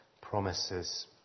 promises